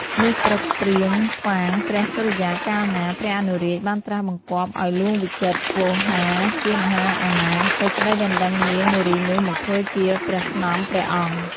លុះព្រឹកព្រាងស្វាងព្រះសុរិយាកាលណា ព្រះអនុរាជបានត្រាស់បង្គាប់ឲ្យហ្លួងវិចិត្រវោហារជាមហាមាត្រ ទៅស្ដីដណ្ដឹងនាងនារីនោះមកធ្វើជាព្រះស្នំព្រះអង្គ ។